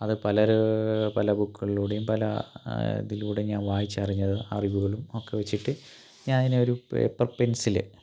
അത് പലര് പല ബുക്കുകളിലൂടെയും പല ഇതിലൂടേയും ഞാൻ വായിച്ചറിഞ്ഞത് അറിവുകളും ഒക്കെ വെച്ചിട്ട് ഞാനൊരു പേപ്പർ പെൻസില്